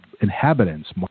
inhabitants